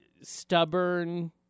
stubborn